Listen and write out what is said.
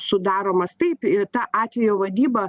sudaromas taip ta atvejo vadyba